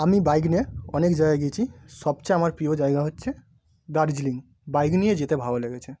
আমি বাইক নিয়ে অনেক জায়গা গেছি সবচেয়ে আমার প্রিয় জায়গা হচ্ছে দার্জিলিং বাইক নিয়ে যেতে ভালো লেগেছে